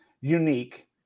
unique